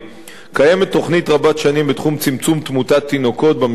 קיימת תוכנית רבת שנים בתחום צמצום תמותת תינוקות במגזר הערבי,